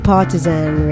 Partisan